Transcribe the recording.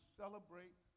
celebrate